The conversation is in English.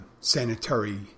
sanitary